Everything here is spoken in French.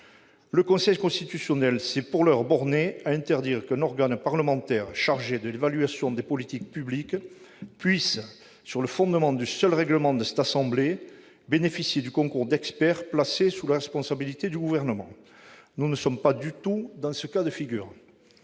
Le Conseil constitutionnel s'est pour l'heure borné à interdire qu'un organe parlementaire chargé de l'évaluation des politiques publiques puisse, sur le seul fondement du règlement de l'assemblée, bénéficier du concours d'experts placés sous la responsabilité du Gouvernement. Nous ne sommes pas du tout dans ce cas de figure.